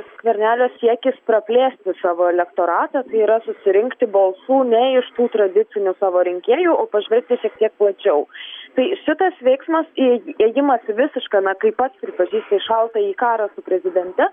skvernelio siekis praplėsti savo elektoratą tai yra susirinkti balsų ne iš tų tradicinių savo rinkėjų o pažvelgti šiek tiek plačiau štai šitas veiksmas ėji ėjimas į visišką na kaip pats pripažįsta į šaltąjį karą su prezidente